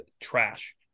trash